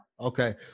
Okay